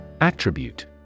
Attribute